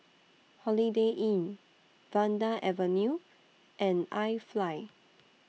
Holiday Inn Vanda Avenue and IFly